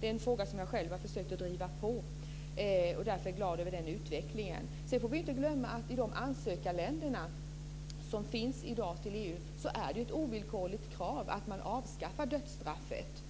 Det är en fråga som jag själv har försökt att driva på och därför är jag glad över den utvecklingen. Sedan får vi inte glömma att det är ett ovillkorligt krav på de länder som i dag ansöker om medlemskap i EU att avskaffa dödsstraffet.